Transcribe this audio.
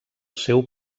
seu